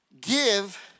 Give